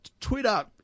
Twitter